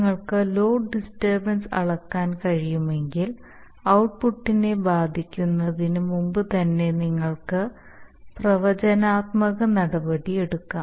നിങ്ങൾക്ക് load disturbance അളക്കാൻ കഴിയുമെങ്കിൽ ഔട്ട്പുട്ടിനെ ബാധിക്കുന്നതിനു മുമ്പുതന്നെ നിങ്ങൾക്ക് പ്രവചനാത്മക നടപടി എടുക്കാം